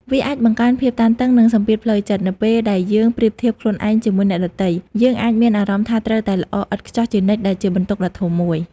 វាអាចបង្កើនភាពតានតឹង និងសម្ពាធផ្លូវចិត្ត នៅពេលដែលយើងប្រៀបធៀបខ្លួនឯងជាមួយអ្នកដទៃ យើងអាចមានអារម្មណ៍ថាត្រូវតែល្អឥតខ្ចោះជានិច្ច ដែលជាបន្ទុកដ៏ធំមួយ។